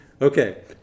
Okay